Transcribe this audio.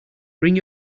bring